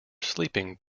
sleeping